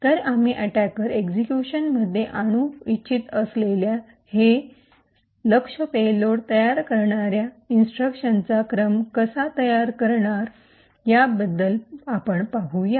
तर आम्ही attacker execution मध्ये आणू इच्छित असलेल्या हे लक्ष्य पेलोड तयार करणार्या इन्स्ट्रक्शनचा क्रम कसा तयार करणार याबद्दल आपण पाहू या